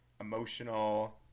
emotional